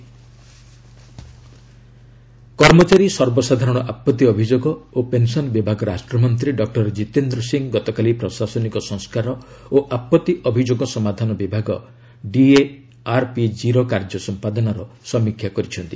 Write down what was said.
work from home କର୍ମଚାରୀ ସର୍ବସାଧାରଣ ଆପତ୍ତି ଅଭିଯୋଗ ଓ ପେନ୍ସନ୍ ବିଭାଗ ରାଷ୍ଟ୍ରମନ୍ତ୍ରୀ ଡକ୍କର ଜିତେନ୍ଦ୍ର ସିଂ ଗତକାଲି ପ୍ରଶାସନିକ ସଂସ୍କାର ଓ ଆପଭି ଅଭିଯୋଗ ସମାଧାନ ବିଭାଗ ଡିଏଆର୍ପିଜିର କାର୍ଯ୍ୟ ସମ୍ପାଦନାର ସମୀକ୍ଷା କରିଛନ୍ତି